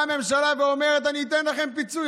באה הממשלה ואומרת: אני אתן לכם פיצוי.